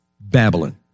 Babylon